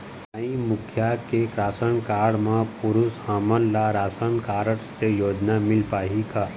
माई मुखिया के ration card म पुरुष हमन ला राशन कारड से योजना मिल पाही का?